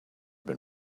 been